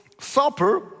supper